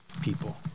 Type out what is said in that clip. people